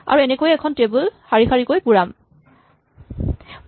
আৰু এনেকৈয়ে মই এই টেবল খন শাৰী শাৰীকৈ পুৰাব পাৰিম